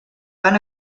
van